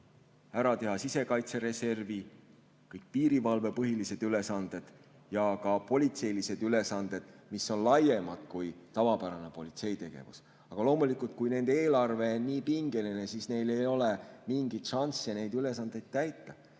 ära teha sisekaitsereservi, täita kõik piirivalve põhilised ülesanded ja ka politseilised ülesanded, mis on laiemad kui tavapärane politseitegevus. Aga loomulikult, kui nende eelarve on nii pingeline, siis neil ei ole mingeid šansse neid ülesandeid täita.